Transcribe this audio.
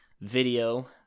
video